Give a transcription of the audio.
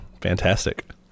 fantastic